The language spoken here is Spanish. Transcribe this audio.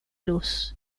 luz